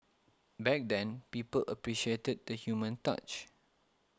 back then people appreciated the human touch